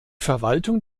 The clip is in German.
verwaltung